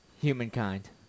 humankind